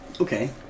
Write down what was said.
Okay